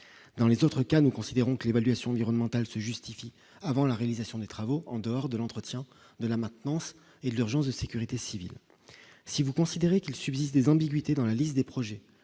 dans les autres cas, nous considérons que l'évaluation environnementale se justifie avant la réalisation des travaux en dehors de l'entretien de la maintenance et l'urgence de sécurité civile, si vous considérez qu'il subisse des ambiguïtés dans la liste des projets